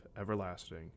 everlasting